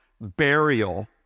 burial